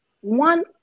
one